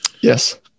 Yes